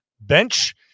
bench